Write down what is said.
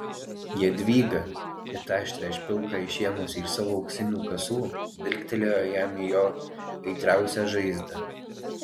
jadvyga it aštrią špilką išėmusi iš savo auksinių kasų dilgtelėjo jam į jo aitriausią žaizdą